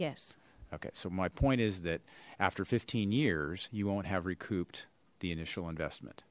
yes ok so my point is that after fifteen years you won't have recouped the initial investment